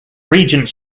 regent